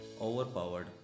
overpowered